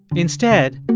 instead,